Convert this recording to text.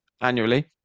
annually